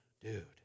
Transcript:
dude